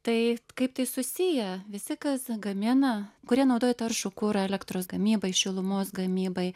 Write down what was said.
tai kaip tai susiję visi kas gamina kurie naudoja taršų kurą elektros gamybai šilumos gamybai